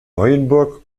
neuenburg